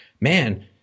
man